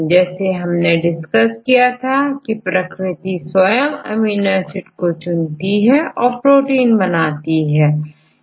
और जैसे हमने डिस्कस किया था की प्रकृति स्वयं एमिनो एसिड को चुनती है प्रोटीन बनाती है